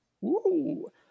Woo